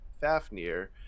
Fafnir